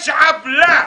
יש עוולה.